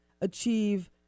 achieve